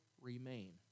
remain